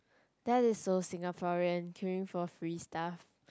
that is so Singaporean queuing for free stuff